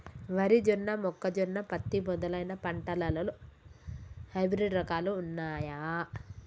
వరి జొన్న మొక్కజొన్న పత్తి మొదలైన పంటలలో హైబ్రిడ్ రకాలు ఉన్నయా?